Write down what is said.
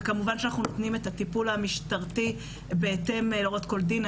וכמובן שאנחנו נותנים את הטיפול המשטרתי בהתאם להוראות כול דין.